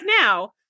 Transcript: now